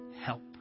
help